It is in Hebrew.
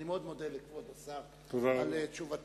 אני מאוד מודה לכבוד השר על תשובתו,